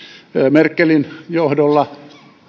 merkelin johdolla